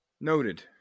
noted